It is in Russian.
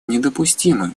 недопустимы